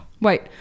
wait